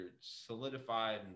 solidified